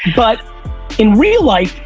but in real life,